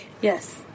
Yes